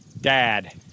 Dad